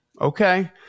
okay